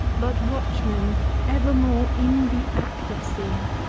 but watchmen evermore in the act of seeing.